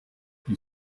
you